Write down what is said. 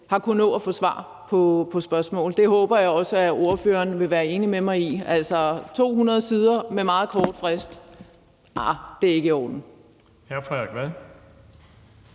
har kunnet nå at få svar på spørgsmål. Det håber jeg også at ordføreren vil være enig med mig i. Altså, 200 sider med meget kort frist er ikke i orden. Kl. 19:36 Den